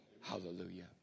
Hallelujah